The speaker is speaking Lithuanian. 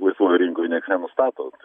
laisvoj rinkoj nieks nenustato